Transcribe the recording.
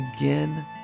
again